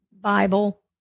Bible